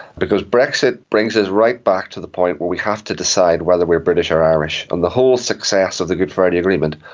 because brexit brings us right back to the point where we have to decide whether we're british or irish, and the whole success of the good friday agreement,